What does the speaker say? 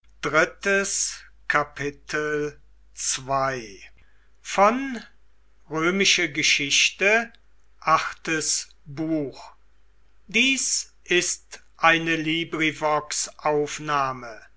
sind ist eine